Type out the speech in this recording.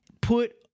put